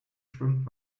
schwimmt